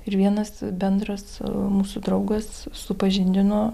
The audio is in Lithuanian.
ir vienas bendras mūsų draugas supažindino